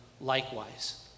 likewise